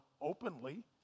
openly